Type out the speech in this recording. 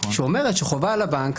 שאומרת שחובה על הבנק,